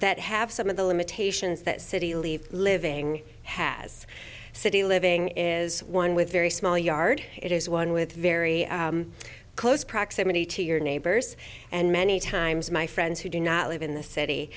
that have some of the limitations that city leave living has city living is one with very small yard it is one with very close proximity to your neighbors and many times my friends who do not live in the city